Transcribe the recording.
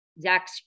Zach